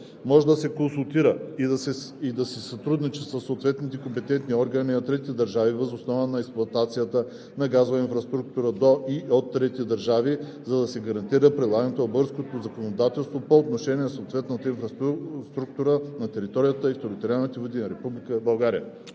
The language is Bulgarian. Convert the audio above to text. може да се консултира и да си сътрудничи със съответните компетентни органи на трети държави във връзка с експлоатацията на газова инфраструктура до и от трети държави, за да се гарантира прилагането на българското законодателство по отношение на съответната инфраструктура на територията и в териториалните води на Република България;“